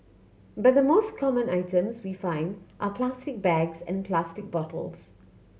but the most common items we find are plastic bags and plastic bottles